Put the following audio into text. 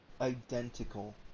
identical